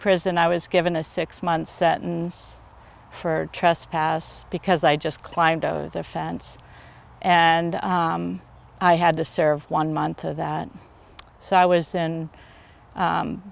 prison i was given a six month sentence for trespass because i just climbed over the fence and i had to serve one month to that so i was in